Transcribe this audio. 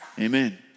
Amen